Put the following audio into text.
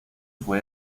fue